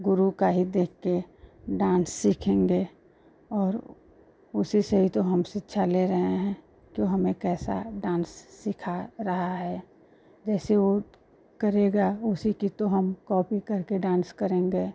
गुरु का ही देखकर डान्स सीखेंगे और उसी से ही तो हम शिक्षा ले रहे हैं कि वह हमें कैसा डान्स सिखा रहा है जैसा वह करेगा उसी की तो हम कॉपी करके डान्स करेंगे